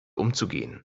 umzugehen